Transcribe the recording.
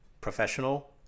Professional